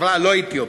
בחברה הלא-אתיופית.